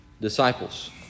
disciples